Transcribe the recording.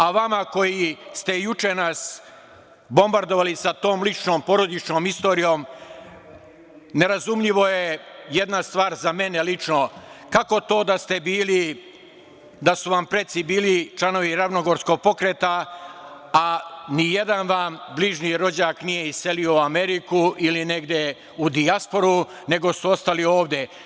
A vama koji ste nas juče bombardovali sa tom ličnom porodičnom istorijom, nerazumljiva je jedna stvar za mene lično, kako to da su vam preci bili članovi Ravnogorskog pokreta, a nijedan vam se bližnji rođak nije iselio u Ameriku ili negde u dijasporu, nego su ostali ovde?